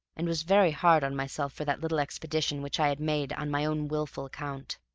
and was very hard on myself for that little expedition which i had made on my own wilful account.